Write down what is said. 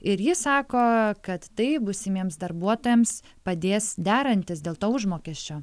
ir jis sako kad tai būsimiems darbuotojams padės derantis dėl užmokesčio